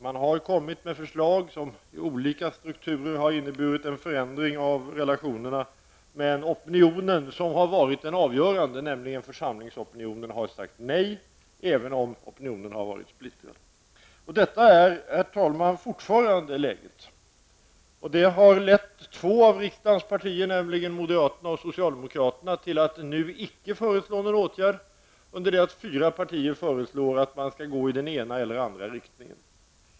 Man har kommit med förslag som i olika strukturer har inneburit en förändring av relationerna. Men den opinion som har varit den avgörande, nämligen församlingsopinionen, har sagt nej även om opinionen har varit splittrad. Det är, herr talman, fortfarande läget. Det har lett till att två av riksdagens partier, nämligen moderaterna och socialdemokraterna, nu icke föreslår någon åtgärd, medan fyra partier föreslår att man skall gå i den ena eller den andra riktningen.